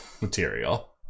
material